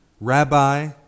rabbi